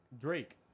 Drake